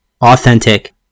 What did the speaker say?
authentic